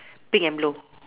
pink and blue